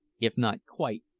if not quite,